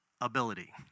ability